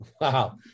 Wow